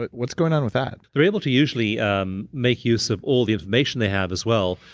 but what's going on with that? they're able to usually um make use of all the information they have, as well,